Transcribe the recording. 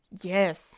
yes